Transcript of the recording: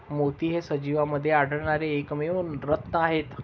मोती हे सजीवांमध्ये आढळणारे एकमेव रत्न आहेत